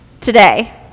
today